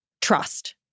trust